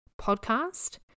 podcast